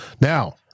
Now